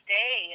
day